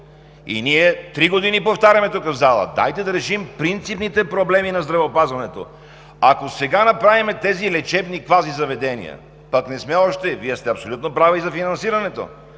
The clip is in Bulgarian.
Ние три години повтаряме тук в залата: дайте да решим принципните проблеми на здравеопазването. Ако сега направим тези лечебни квази заведения, пък не сме – Вие сте абсолютно права и за финансирането